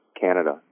Canada